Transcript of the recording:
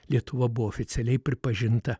lietuva buvo oficialiai pripažinta